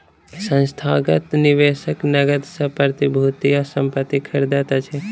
संस्थागत निवेशक नकद सॅ प्रतिभूति आ संपत्ति खरीदैत अछि